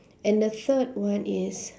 and the third one is